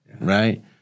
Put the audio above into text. right